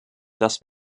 dass